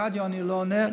לרדיו אני לא עונה.